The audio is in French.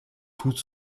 tout